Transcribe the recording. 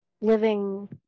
living